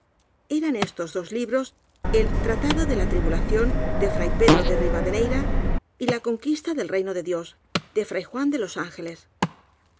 eran estos dos libros el tratado de la tribulación de fray pedro de rivadeneira y la conquista del reino de dios de fray juan de los ángeles